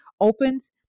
opens